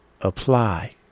apply